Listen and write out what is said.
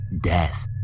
death